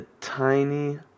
tiny